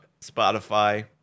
Spotify